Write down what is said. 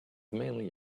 mainly